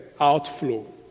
outflow